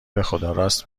بخداراست